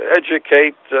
educate